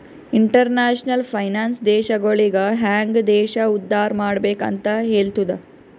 international finance ದೇಶಗೊಳಿಗ ಹ್ಯಾಂಗ್ ದೇಶ ಉದ್ದಾರ್ ಮಾಡ್ಬೆಕ್ ಅಂತ್ ಹೆಲ್ತುದ